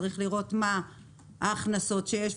צריך לראות מה ההכנסות שיש.